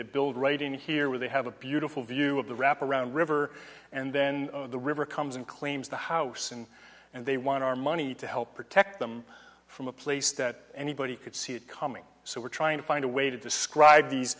somebody build right in here where they have a beautiful view of the wraparound river and then the river comes and claims the house and and they want our money to help protect from a place that anybody could see it coming so we're trying to find a way to describe these